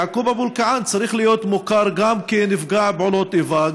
גם יעקוב אבו אלקיעאן צריך להיות מוכר כנפגע פעולות איבה.